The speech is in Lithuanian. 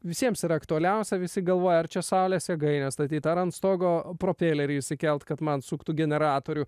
visiems ir aktualiausia visi galvoja ar čia saulės jėgaines statyti ar ant stogo propelerį išsikelti kad man sukti generatorių